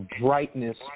brightness